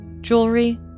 jewelry